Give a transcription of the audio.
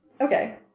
Okay